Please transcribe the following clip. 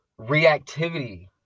reactivity